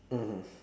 mmhmm